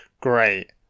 Great